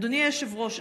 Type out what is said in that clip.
אדוני היושב-ראש,